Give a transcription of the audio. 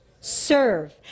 serve